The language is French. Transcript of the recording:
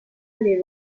les